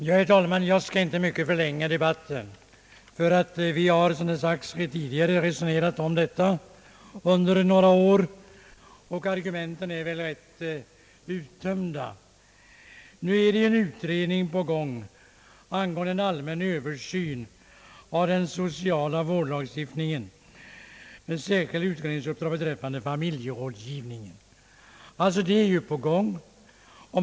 Herr talman! Jag skall inte förlänga debatten mycket. Vi har, som det redan har sagts, tidigare resonerat om detta under några år, och argumenten är ganska uttömda. Nu pågår en utredning om en allmän översyn av den sociala vårdlagstiftningen, och den utredningen skall enligt direktiven ägna särskild uppmärksamhet åt familjerådgivningen.